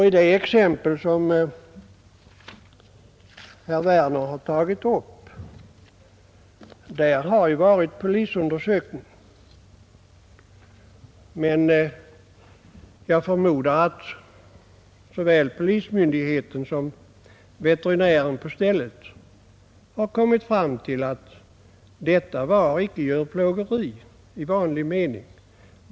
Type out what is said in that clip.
I det exempel som herr Werner tagit upp har det varit polisundersökning, och jag förmodar att såväl polismyndigheten som vederbörande veterinär kommit fram till att det icke var djurplågeri i vanlig mening.